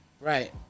Right